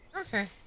Okay